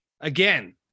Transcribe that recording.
again